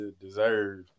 deserve